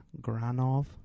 Granov